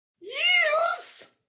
Yes